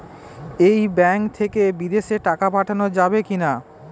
এই ব্যাঙ্ক থেকে বিদেশে টাকা পাঠানো যাবে কিনা?